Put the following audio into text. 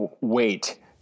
wait